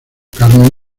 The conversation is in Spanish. carmen